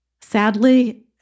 Sadly